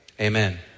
amen